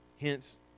Hence